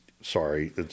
sorry